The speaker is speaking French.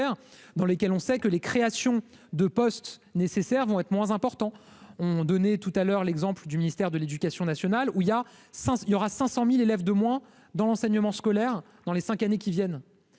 dans lesquels on sait que les créations de postes nécessaires vont être moins importants ont donné tout à l'heure, l'exemple du ministère de l'éducation nationale, il y a 5 il y aura 500000 élèves de moins dans l'enseignement scolaire, dans les 5 années qui viennent,